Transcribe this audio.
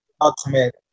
ultimate